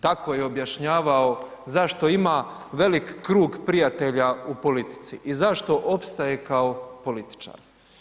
Tako je objašnjavao zašto ima velik krug prijatelja u politici i zašto opstaje kao političar.